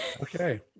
okay